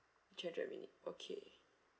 three hundred minute okay